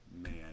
Man